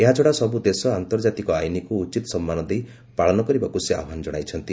ଏହାଛଡ଼ା ସବୁ ଦେଶ ଆନ୍ତର୍ଜାତିକ ଆଇନ୍କୁ ଉଚିତ ସମ୍ମାନ ଦେଇ ପାଳନ କରିବାକୁ ସେ ଆହ୍ୱାନ ଜଶାଇଛନ୍ତି